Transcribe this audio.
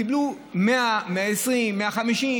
קיבלו 100,000 שקל,